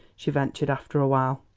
she ventured after a while.